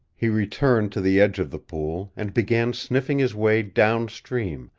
he returned to the edge of the pool, and began sniffing his way down-stream,